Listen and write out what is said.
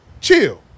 chill